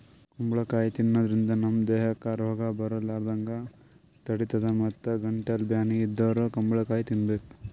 ಕುಂಬಳಕಾಯಿ ತಿನ್ನಾದ್ರಿನ್ದ ನಮ್ ದೇಹಕ್ಕ್ ರೋಗ್ ಬರಲಾರದಂಗ್ ತಡಿತದ್ ಮತ್ತ್ ಗಂಟಲ್ ಬ್ಯಾನಿ ಇದ್ದೋರ್ ಕುಂಬಳಕಾಯಿ ತಿನ್ಬೇಕ್